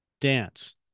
Dance